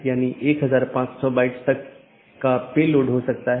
इसका मतलब है BGP कनेक्शन के लिए सभी संसाधनों को पुनःआवंटन किया जाता है